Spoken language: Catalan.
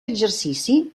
exercici